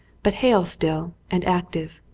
but hale still and active.